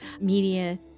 media